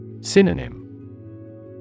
Synonym